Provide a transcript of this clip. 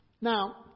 Now